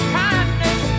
kindness